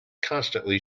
constantly